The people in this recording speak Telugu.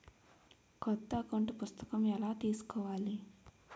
కొత్త అకౌంట్ పుస్తకము ఎలా తీసుకోవాలి?